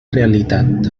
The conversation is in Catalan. realitat